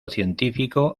científico